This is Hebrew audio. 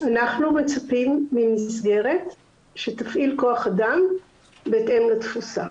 אנחנו מצפים ממסגרת שתפעיל כח אדם בהתאם לתפוסה.